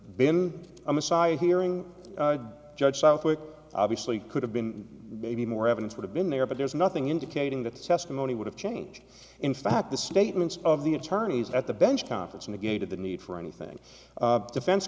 been a messiah hearing judge southwick obviously could have been maybe more evidence would have been there but there is nothing indicating that the testimony would have changed in fact the statements of the attorneys at the bench conference in the gate of the need for anything defense